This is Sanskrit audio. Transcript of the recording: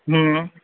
ह्म्